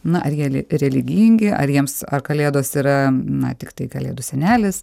na ar jie religingi ar jiems ar kalėdos yra na tiktai kalėdų senelis